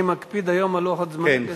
אני מקפיד היום על לוח הזמנים.